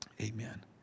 amen